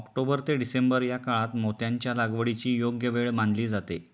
October ते December या काळात मोत्यांच्या लागवडीची योग्य वेळ मानली जाते